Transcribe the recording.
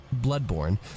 bloodborne